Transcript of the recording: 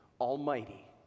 almighty